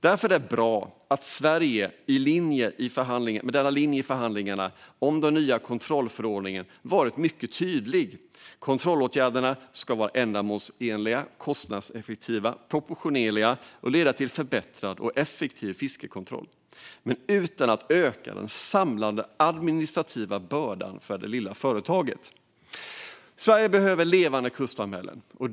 Därför är det bra att Sveriges linje i förhandlingarna om den nya kontrollförordningen har varit mycket tydlig. Kontrollåtgärderna ska vara ändamålsenliga, kostnadseffektiva och proportionerliga och leda till förbättrad och effektiv fiskekontroll utan att öka den samlade administrativa bördan för det lilla företaget. Sverige behöver levande kustsamhällen.